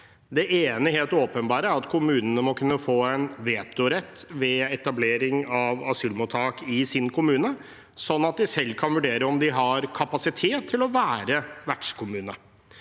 Det ene helt åpenbare er at kommunene må kunne få en vetorett ved etablering av asylmottak i sin kommune, sånn at de selv kan vurdere om de har kapasitet til å være vertskommune.